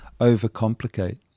overcomplicate